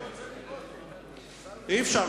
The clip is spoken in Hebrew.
אי-אפשר.